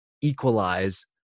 equalize